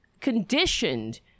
conditioned